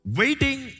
waiting